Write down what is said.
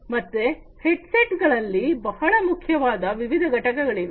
ಮತ್ತೆ ಹೆಡ್ ಸೆಟ್ಗಳಲ್ಲಿ ಬಹಳ ಮುಖ್ಯವಾದ ವಿವಿಧ ಘಟಕಗಳಿವೆ